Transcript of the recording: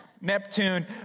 Neptune